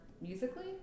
musically